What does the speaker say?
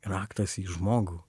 raktas į žmogų